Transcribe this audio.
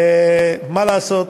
מה לעשות,